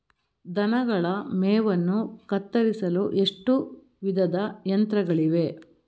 ದನಗಳ ಮೇವನ್ನು ಕತ್ತರಿಸಲು ಎಷ್ಟು ವಿಧದ ಯಂತ್ರಗಳಿವೆ?